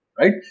right